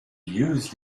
use